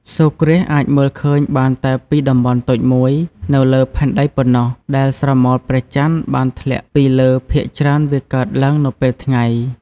សូរ្យគ្រាសអាចមើលឃើញបានតែពី តំបន់តូចមួយ នៅលើផែនដីប៉ុណ្ណោះ ដែលស្រមោលព្រះចន្ទបានធ្លាក់ពីលើ ភាគច្រើនវាកើតឡើងនៅពេលថ្ងៃ ។